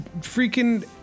freaking